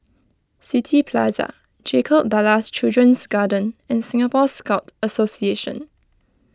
City Plaza Jacob Ballas Children's Garden and Singapore Scout Association